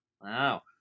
Wow